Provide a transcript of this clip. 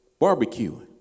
Barbecuing